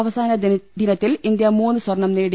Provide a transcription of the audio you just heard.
അവസാന ദിനത്തിൽ ഇന്ത്യ മൂന്ന് സ്വർണം നേടി